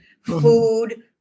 food